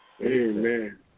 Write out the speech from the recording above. Amen